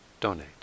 donate